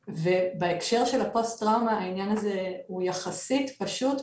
ובהקשר של הפוסט טראומה העניין הזה הוא יחסית פשוט,